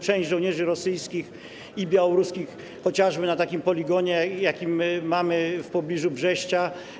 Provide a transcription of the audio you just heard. Część żołnierzy rosyjskich i białoruskich będzie ćwiczyć chociażby na takim poligonie, jaki mamy w pobliżu Brześcia.